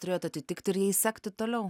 turėjot atitikti ir jais sekti toliau